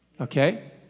Okay